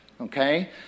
okay